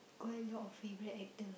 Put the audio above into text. quite a lot of favourite actor